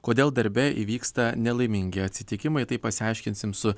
kodėl darbe įvyksta nelaimingi atsitikimai tai pasiaiškinsim su